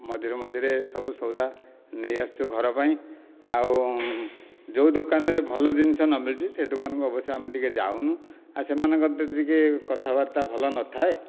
ମଝିରେ ମଝିରେ ସବୁ ସଉଦା ନେଇ ଆସୁଛୁ ଘର ପାଇଁ ଆଉ ଯେଉଁ ଦୋକାନରେ ଭଲ ଜିନିଷ ନ ମିଳୁଛି ସେ ଦୋକାନକୁ ଅବଶ୍ୟ ଆମେ ଟିକିଏ ଯାଉନୁ ଆଉ ସେମାନଙ୍କର ମଧ୍ୟ ଟିକିଏ କଥାବାର୍ତ୍ତା ଭଲ ନଥାଏ